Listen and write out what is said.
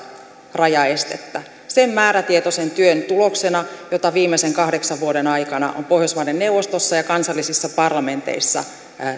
sen määrätietoisen työn tuloksena jota viimeisen kahdeksan vuoden aikana on pohjoismaiden neuvostossa ja kansallisissa parlamenteissa